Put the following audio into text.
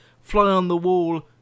fly-on-the-wall